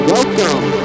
Welcome